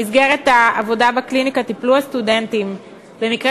במסגרת העבודה בקליניקה טיפלו הסטודנטים במקרה